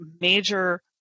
major